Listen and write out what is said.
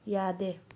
ꯌꯥꯗꯦ